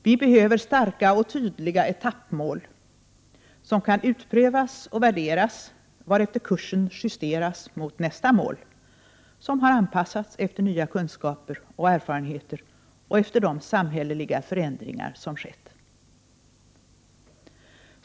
Vi behöver starka och tydliga etappmål som kan utprövas och värderas, varefter kursen justeras mot nästa mål — som har anpassats efter de nya kunskaper och erfarenheter som vunnits och efter de samhälleliga förändringar som skett.